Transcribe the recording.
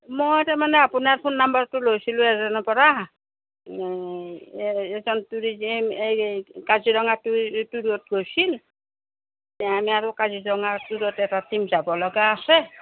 মই তাৰমানে আপোনাৰ ফোন নম্বৰটো লৈছিলোঁ এজনৰ পৰা এইজন ট্য়ুৰিজিম এই এই কাজিৰঙা টু ট্য়ুৰত গৈছিল আমি আৰু কাজিৰঙা ট্য়ুৰত এটা টিম যাব লগা আছে